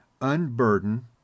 unburden